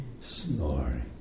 snoring